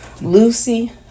lucy